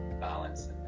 balance